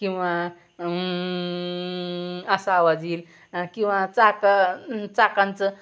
किंवा असा आवाज येईल किंवा चाक चाकांचं